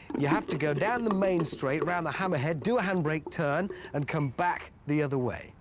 you have to go down the main straight, round the hammerhead, do a handbrake turn and come back the other way